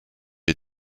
est